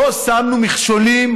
לא שמנו מכשולים